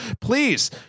Please